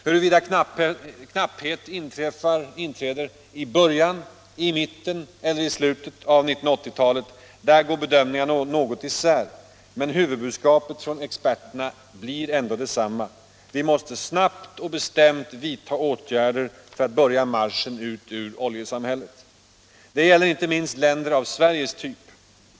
Huruvida knappheten inträder i början, i mitten eller i slutet av 1980-talet — om det går bedömningarna något isär. Men huvudbudskapet från experterna är ändå detsamma: Vi måste snabbt och bestämt vidta åtgärder för att börja marschen ut ur oljesamhället! Det gäller inte minst länder av Sveriges typ.